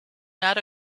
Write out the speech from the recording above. not